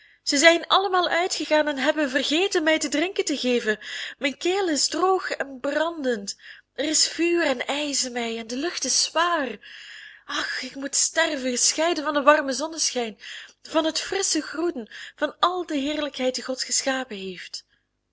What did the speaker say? ze zijn allemaal uitgegaan en hebben vergeten mij te drinken te geven mijn keel is droog en brandend er is vuur en ijs in mij en de lucht is zwaar ach ik moet sterven scheiden van den warmen zonneschijn van het frissche groen van al de heerlijkheid die god geschapen heeft